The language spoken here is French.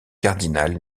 cardinal